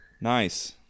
Nice